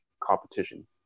competition